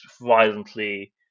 violently